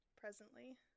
presently